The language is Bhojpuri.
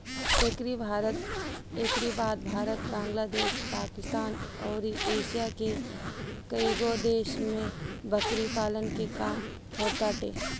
एकरी बाद भारत, बांग्लादेश, पाकिस्तान अउरी एशिया के कईगो देश में बकरी पालन के काम होताटे